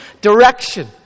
direction